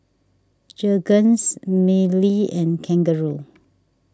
Jergens Mili and Kangaroo